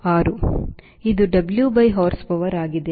ಇದು W by horsepower ಆಗಿದೆ